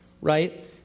Right